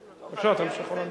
בבקשה, אתה יכול להמשיך.